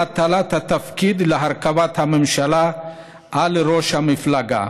הטלת התפקיד להרכבת הממשלה על ראש מפלגה),